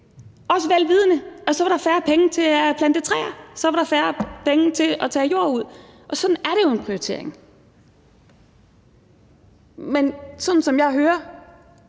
også vel vidende at der så vil være færre penge til at plante træer og til at tage jord ud. Det er jo en prioritering. Men sådan, som jeg hører